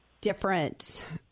different